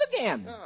again